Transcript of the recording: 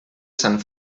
sant